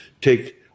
take